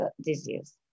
disease